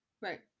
right